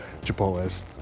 Chipotle's